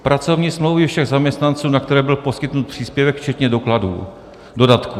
Pracovní smlouvy všech zaměstnanců, na které byl poskytnut příspěvek, včetně dodatků.